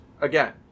Again